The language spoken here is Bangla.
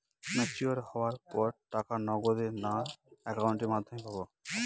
ম্যচিওর হওয়ার পর টাকা নগদে না অ্যাকাউন্টের মাধ্যমে পাবো?